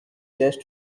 just